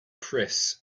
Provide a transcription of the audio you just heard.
kris